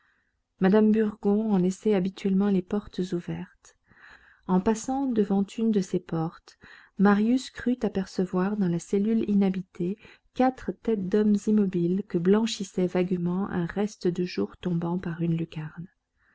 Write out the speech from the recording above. mame burgon en laissait habituellement les portes ouvertes en passant devant une de ces portes marius crut apercevoir dans la cellule inhabitée quatre têtes d'hommes immobiles que blanchissait vaguement un reste de jour tombant par une lucarne